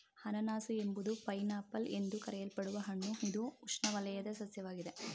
ಅನನಾಸು ಎಂಬುದು pineapple ಎಂದು ಕರೆಯಲ್ಪಡುವ ಹಣ್ಣು ಇದು ಉಷ್ಣವಲಯದ ಸಸ್ಯವಾಗಿದೆ